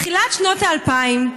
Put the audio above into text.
בתחילת שנות ה-2000,